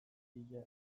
bila